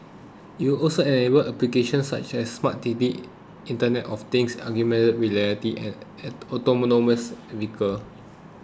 it will also enable applications such as smart cities Internet of Things augmented reality and autonomous vehicle